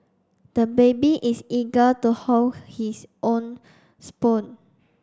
the baby is eager to hold his own spoon